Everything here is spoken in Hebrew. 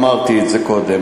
אמרתי את זה קודם.